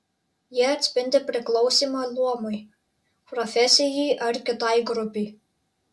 jie atspindi priklausymą luomui profesijai ar kitai grupei